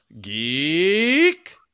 Geek